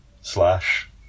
slash